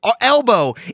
elbow